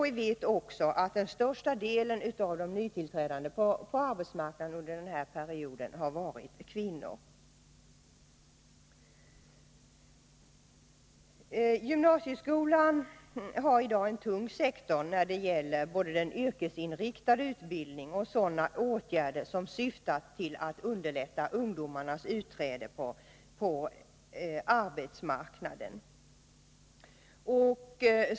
Vi vet också att den största delen av de nytillträdande på arbetsmarknaden under denna period har varit kvinnor. Gymnasieskolan är i dag en tung sektor när det gäller både den yrkesinriktade utbildningen och sådana åtgärder som syftar till att underlätta ungdomarnas utträde på arbetsmarknaden.